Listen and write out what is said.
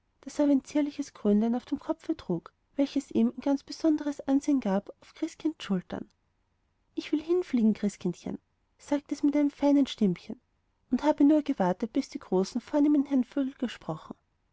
ein zierliches krönlein auf dem kopfe trug welches ihm ein ganz besonderes ansehn gab auf christkinds schultern ich will hinfliegen christkindchen sagte es mit einem feinen stimmchen und habe nur gewartet bis die großen und vornehmen herren vögel gesprochen